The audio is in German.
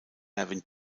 erwin